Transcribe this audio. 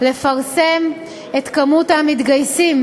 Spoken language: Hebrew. לפרסם את מספר המתגייסים,